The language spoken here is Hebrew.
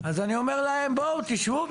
אז אני אומר להם בואו תשבו,